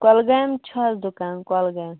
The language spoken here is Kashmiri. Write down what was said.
کۄلگامہِ چھُ اسہِ دُکان کۄلگامہِ